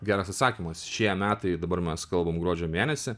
geras atsakymas šie metai dabar mes kalbam gruodžio mėnesį